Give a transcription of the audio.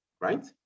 right